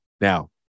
Now